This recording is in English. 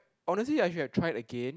honestly I should have tried again